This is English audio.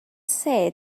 say